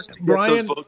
Brian